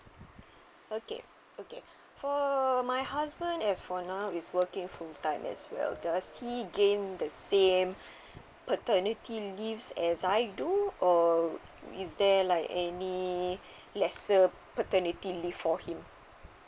okay okay for my husband as for now is working full time as well does he gain the same paternity leave as I do or is there like any lesser paternity leave for him